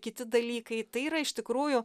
kiti dalykai tai yra iš tikrųjų